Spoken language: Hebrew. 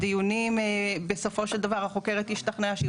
הדיונים בסופו של דבר החוקרת השתכנעה שהיא